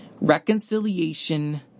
Reconciliation